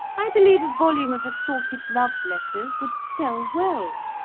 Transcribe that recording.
i believe a volume of assorted love-letters would sell well,